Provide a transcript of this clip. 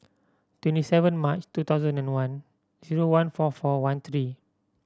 twenty seven March two thousand and one zero one four four one three